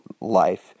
life